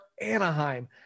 Anaheim